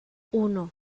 uno